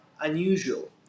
unusual